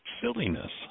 silliness